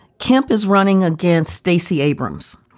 camp is running against stacey abrams,